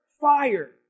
fire